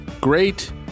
great